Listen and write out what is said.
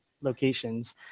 locations